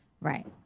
Right